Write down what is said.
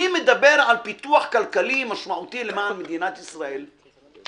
אני מדבר על פיתוח כלכלי משמעותי למען מדינת ישראל,